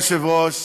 אדוני היושב-ראש,